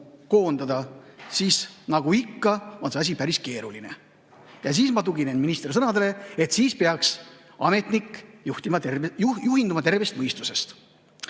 koondada, siis nagu ikka, on see asi päris keeruline. Siin ma tuginen ministri sõnadele, et siis peaks ametnik juhinduma tervest mõistusest.